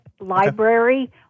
Library